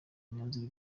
imyanzuro